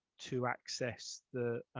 to access the